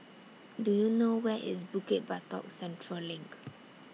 Do YOU know Where IS Bukit Batok Central LINK